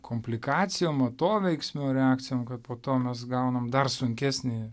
komplikacijom atoveiksmio reakcijom kad po to mes gaunam dar sunkesnį